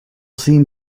seem